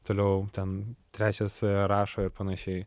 toliau ten trečias rašo ir panašiai